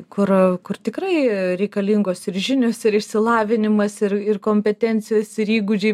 kur kur tikrai reikalingos ir žinios ir išsilavinimas ir ir kompetencijos ir įgūdžiai